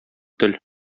тел